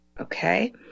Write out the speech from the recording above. Okay